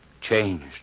Changed